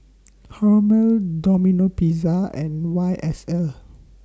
Hormel Domino Pizza and Y S L